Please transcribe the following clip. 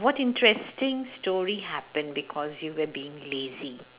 what interesting story happened because you were being lazy